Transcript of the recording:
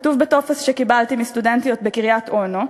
כתוב בטופס שקיבלתי מסטודנטיות בקריית-אונו,